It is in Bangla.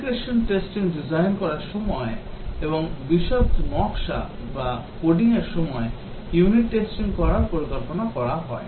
Integration testing design করার সময় এবং বিশদ নকশা বা কোডিংয়ের সময় unit testing করার পরিকল্পনা করা হয়